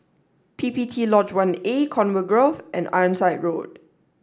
P P T Lodge one A Conway Grove and Ironside Road